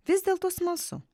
vis dėlto smalsu